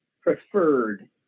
preferred